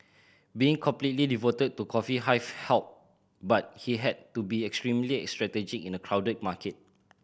being completely devoted to Coffee Hive helped but he had to be extremely strategic in a crowded market